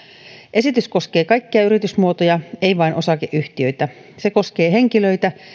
esitys koskee kaikkia yritysmuotoja ei vain osakeyhtiöitä se koskee henkilöitä